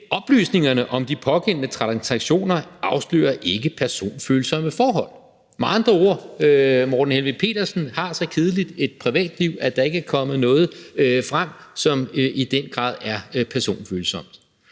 oplysningerne om de pågældende transaktioner afslører ikke personfølsomme forhold. Med andre ord har Morten Helveg Petersen så kedeligt et privatliv, at der ikke er kommet noget frem, som i den grad er personfølsomt.